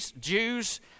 Jews